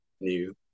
new